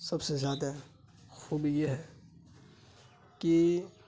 سب سے زیادہ خوبی یہ ہے کہ